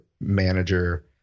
manager